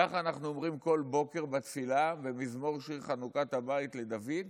כך אנחנו אומרים כל בוקר בתפילה במזמור שיר חנוכת הבית לדוד.